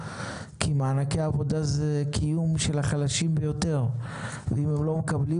שמענקי העבודה מסייעים לקיום של החלשים ביותר ואם הם לא מקבלים